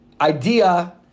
idea